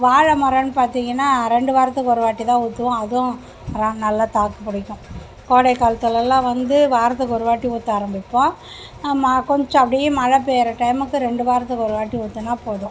வாழை மரோம்னு பார்த்திங்கன்னா ரெண்டு வாரத்துக்கு ஒரு வாட்டி தான் ஊற்றுவோம் அதுவும் ரா நல்லா தாக்குப்பிடிக்கும் கோடை காலத்திலலாம் வந்து வாரத்துக்கு ஒரு வாட்டி ஊற்ற ஆரம்பிப்போம் மா கொஞ்சம் அப்படியே மழை பெய்கிற டைமுக்கு ரெண்டு வாரத்துக்கு ஒரு வாட்டி ஊற்றினா போதும்